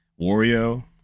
Wario